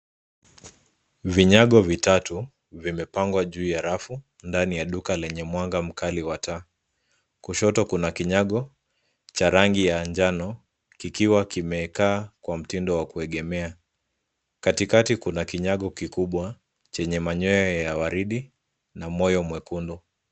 Vinyago vitatu vimepangwa juu ya rafu ndani ya duka lenye mwanga mkali wa taa. Kushoto kuna kinyago cha rangi ya njano kikiwa kimekaa kwa mtindo wa kuegemea. Katikati kuna kinyago kikubwa chenye manyoya ya waridi na moyo mwekundu.